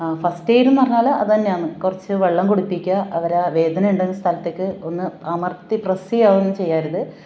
first aid എന്നു പറഞ്ഞാൽ അത് തന്നെയാണ് കുറച്ച് വെള്ളം കുടിപ്പിക്കുക അവരെ വേദനയുണ്ടെന്ന സ്ഥലത്തേക്ക് ഒന്ന് അമർത്തി പ്രസ് ചെയ്യുകയോ ഒന്നും ചെയ്യരുത്